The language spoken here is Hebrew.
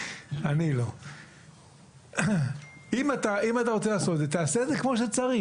אם אתה רוצה לעשות את זה, תעשה את זה כמו שצריך.